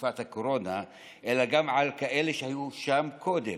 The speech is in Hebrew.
מגפת הקורונה אלא גם על כאלה שהיו שם קודם,